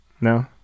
No